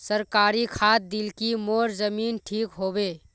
सरकारी खाद दिल की मोर जमीन ठीक होबे?